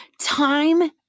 time